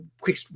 quick